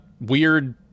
weird